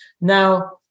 Now